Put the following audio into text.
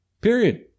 period